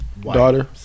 daughter